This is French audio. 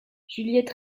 juliette